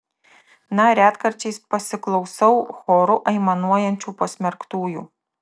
na retkarčiais pasiklausau choru aimanuojančių pasmerktųjų